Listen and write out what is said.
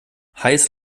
heiß